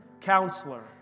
Counselor